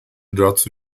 dazu